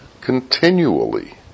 continually